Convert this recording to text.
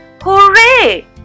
hooray